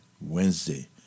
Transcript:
Wednesday